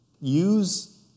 use